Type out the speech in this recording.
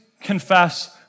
confess